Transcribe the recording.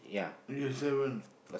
yes seven